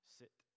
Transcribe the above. sit